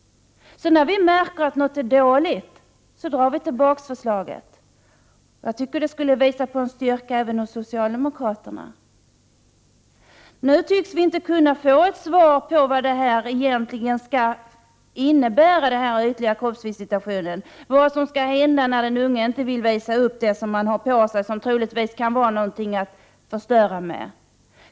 När vi märker att ett förslag är dåligt drar vi därför tillbaka det. Det skulle visa en styrka även hos socialdemokraterna om ni gjorde likadant. Nu tycks vi inte kunna få ett svar på vad den ytliga kroppsvisitiationen kan innebära. Vi vet inte vad som skall hända när den unge inte vill visa upp det han har med sig och som troligen är något han kan ha vid skadegörelse.